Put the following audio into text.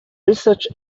research